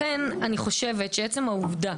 לכן אני חושבת שעצם העובדה